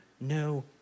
no